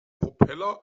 propeller